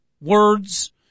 words